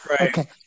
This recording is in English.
Okay